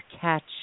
catch